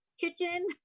kitchen